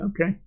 okay